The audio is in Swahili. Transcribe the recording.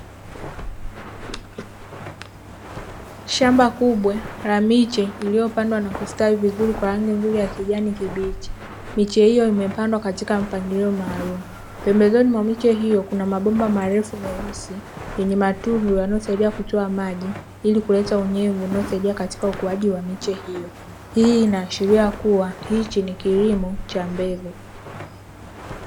Shamba kubwa la miche iliyopandwa na kustawi vizuri kwa rangi ya nzuri ya kijani kibichi miche hiyo imepandwa katika mpangilio maalumu pembezoni mwa miche hiyo kuna mabomba marefu meusi yenye matundu yanayosaidia kutoa maji ili kuleta unyevu unao saidia katika ukuaji wa miche hiyo, hii ina ashiria kuwa hichi ni kilimo cha mbegu.